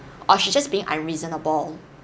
or she's just being unreasonable